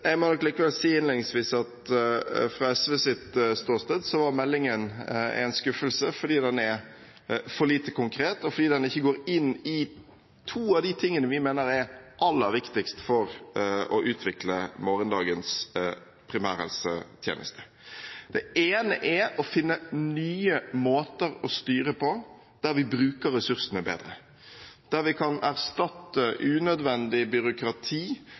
Jeg må nok likevel si innledningsvis at fra SVs ståsted er meldingen en skuffelse, fordi den er for lite konkret, og fordi den ikke går inn i to av de tingene vi mener er aller viktigst for å utvikle morgendagens primærhelsetjeneste. Det ene er å finne nye måter å styre på, der vi bruker ressursene bedre, der vi kan erstatte unødvendig byråkrati,